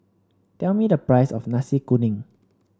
tell me the price of Nasi Kuning